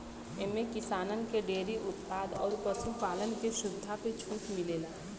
एम्मे किसानन के डेअरी उत्पाद अउर पशु पालन के सुविधा पे छूट मिलेला